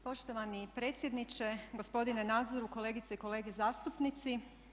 Poštovani predsjedniče, gospodine Nazoru, kolegice i kolege zastupnici.